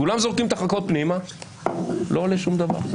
כולם זורקים את החכות פנימה, לא עולה שום דבר.